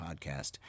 podcast